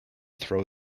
throw